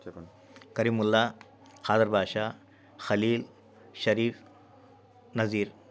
చెప్పండి కరీముల్లా హదర్భాష హలీమ్ షరీఫ్ నజీర్